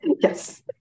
Yes